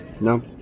No